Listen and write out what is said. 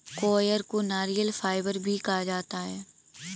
coir को नारियल fibre भी कहा जाता है